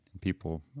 people